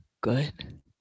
good